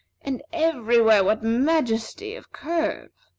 and everywhere, what majesty of curve!